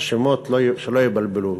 שהשמות לא יבלבלו,